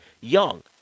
Young